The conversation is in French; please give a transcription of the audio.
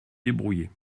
débrouiller